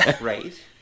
Right